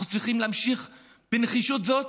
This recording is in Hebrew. אנחנו צריכים להמשיך בנחישות זאת,